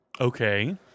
Okay